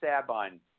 Sabine